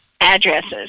addresses